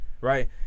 right